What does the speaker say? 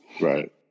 Right